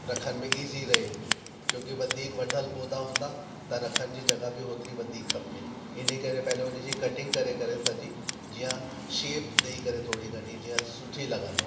रखण में इज़ी रहे क्योकि वधीक वधल पौधा हूंदा त रखण जी जॻहि बि होतिरी वधीक खपे इन करे पहिले उन जी कटिंग करे करे सॼी जीअं शेप ॾेई करे थोरी घणी जीअं सुठी लॻनि हो